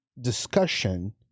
discussion